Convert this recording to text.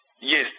Yes